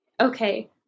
Okay